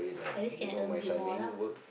at least can earn bit more lah